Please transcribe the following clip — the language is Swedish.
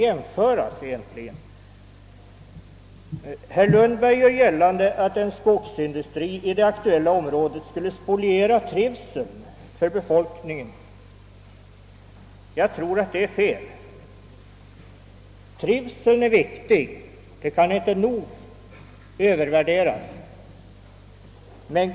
Herr Lundberg gör gällande att en skogsindustri i det aktuella området skulle spoliera trivseln för befolkningen. Jag tror att det är fel. Trivseln är viktig, den kan inte värderas nog högt.